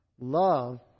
Love